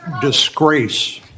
disgrace